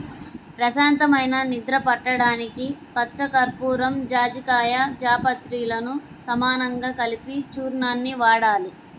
ప్రశాంతమైన నిద్ర పట్టడానికి పచ్చకర్పూరం, జాజికాయ, జాపత్రిలను సమానంగా కలిపిన చూర్ణాన్ని వాడాలి